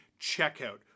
checkout